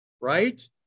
right